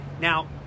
Now